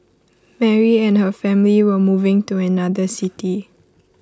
Mary and her family were moving to another city